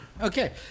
okay